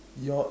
you're